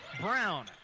Brown